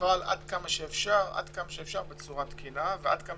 יפעל עד כמה שאפשר בצורה תקינה ועד כמה